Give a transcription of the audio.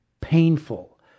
painful